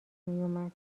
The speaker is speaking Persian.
میومد